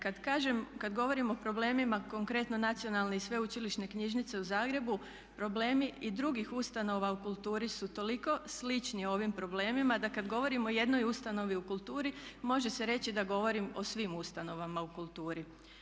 Kada kažem, kada govorim o problemima, konkretno Nacionalne i sveučilišne knjižnice u Zagrebu problemi i drugih ustanova u kulturi su toliko slični ovim problemima da kada govorim o jednoj ustanovi u kulturi, može se reći da govorim o svim ustanovama u kulturi.